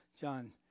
John